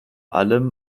allem